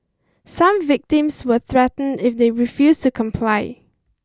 some victims were threatened if they refused to comply